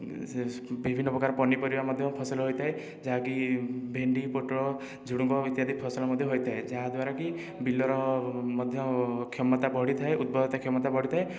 ସେ ବିଭିନ୍ନ ପ୍ରକାର ପନିପରିବା ମଧ୍ୟ ଫସଲ ହୋଇଥାଏ ଯାହାକି ଭେଣ୍ଡି ପୋଟଳ ଝୁଡ଼ୁଙ୍ଗ ଇତ୍ୟାଦି ଫସଲ ମଧ୍ୟ ହୋଇଥାଏ ଯାହାଦ୍ୱାରାକି ବିଲର ମଧ୍ୟ କ୍ଷମତା ବଢ଼ିଥାଏ ଉର୍ବରତା କ୍ଷମତା ବଢ଼ିଥାଏ